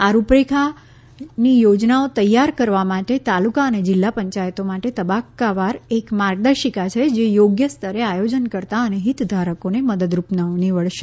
આ રૂપરેખા યોનાઓ તૈયાર કરવા માટે તાલુકા અને જિલ્લા પંચાયતો માટે તબક્કાવાર એક માર્ગદર્શિકા છે જે થોગ્ય સ્તરે આયોજનકર્તા અને હિતધારકોને મદદરૂપ નીવડશે